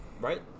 right